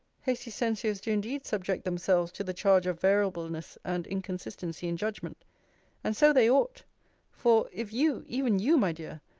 hasty censures do indeed subject themselves to the charge of variableness and inconsistency in judgment and so they ought for, if you, even you, my dear,